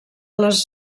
les